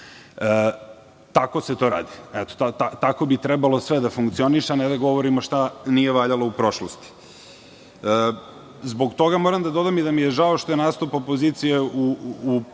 Tako se to radi. Tako bi trebalo sve da funkcioniše, a ne da govorimo šta nije valjalo u prošlosti. Zbog toga moram da dodam i da mi je žao što je nastup opozicije u proseku